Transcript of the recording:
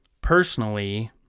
Personally